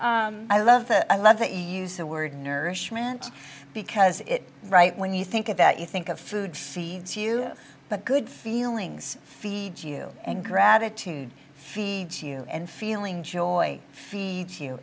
i love it i love that you use the word nourishment because it right when you think of that you think of food feeds you but good feelings feeds you and gratitude feeds you and feeling joy feeds you